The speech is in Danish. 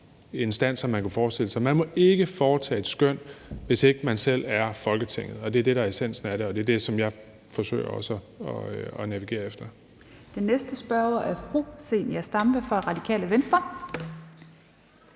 instanser, man kunne forestille sig; man må ikke foretage et skøn, hvis ikke man selv er Folketinget. Det er det, der er essensen af det, og det er det, som jeg forsøger at navigere efter.